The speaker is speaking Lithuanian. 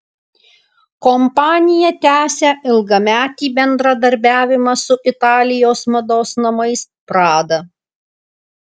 kompanija tęsia ilgametį bendradarbiavimą su italijos mados namais prada